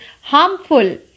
harmful